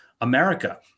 America